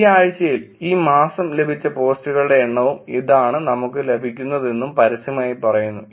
ഈ ആഴ്ചയിൽ ഈ മാസം ലഭിച്ച പോസ്റ്റുകളുടെ എണ്ണവും ഇതാണ് നമുക്ക് ലഭിക്കുന്നതെന്നും പരസ്യമായി പറയുന്നു